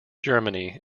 germany